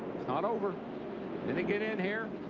not over and they get in here,